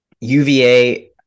UVA